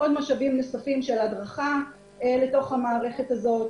עוד משאבים נוספים של הדרכה לתוך המערכת הזאת.